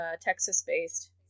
Texas-based